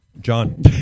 John